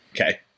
Okay